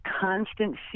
constant